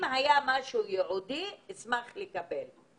אם היה משהו ייעודי, אני אשמח לקבל.